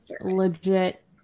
legit